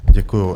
Děkuju.